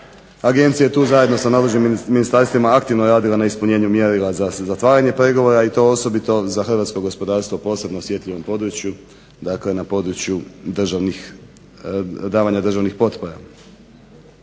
Agencija je zajedno sa nadležnim ministarstvima radila na ispunjenju mjerila za zatvaranje pregovora i to osobito za Hrvatsko gospodarstvo osobito osjetljivom području na području davanja državnih potpora.